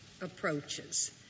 approaches